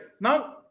Now